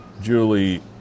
Julie